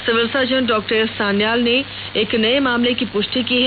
civil surgeon doctor S Sanyal ने एक नए मामले की पृष्टि की है